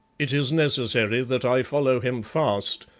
it is necessary that i follow him fast,